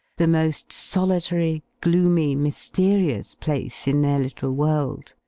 the most solitary, gloomy, mysterious place in their little world.